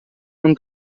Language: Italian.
non